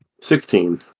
Sixteen